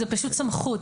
זו פשוט סמכות,